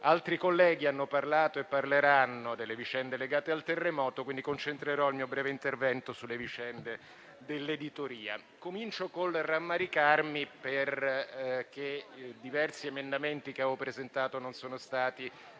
Altri colleghi hanno parlato e parleranno delle vicende legate al terremoto, quindi concentrerò il mio breve intervento sul tema dell'editoria. Comincio col rammaricarmi perché diversi emendamenti che ho presentato non sono stati